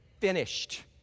finished